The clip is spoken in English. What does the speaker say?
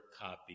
copy